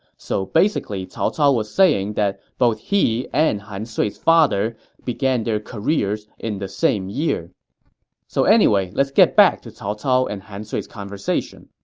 so basically, cao cao was saying that both he and han sui's father both began their careers in the same year so anyway, let's get back to cao cao and han sui's conversation